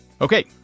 Okay